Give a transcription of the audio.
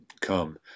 come